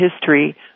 history